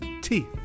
teeth